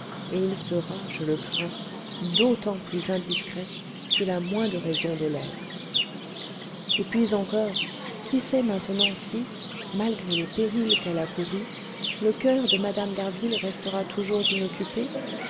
et il sera je le crains d'autant plus indiscret qu'il a moins de raisons de l'être et puis encore qui sait maintenant si malgré les périls qu'elle a courus le coeur de mme d'harville restera toujours inoccupé